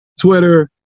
Twitter